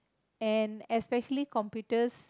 and especially computers